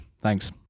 thanks